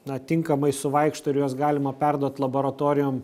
na tinkamai suvaikšto ir juos galima perduot laboratorijom